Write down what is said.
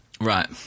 Right